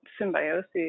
symbiosis